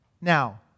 now